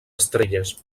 estrelles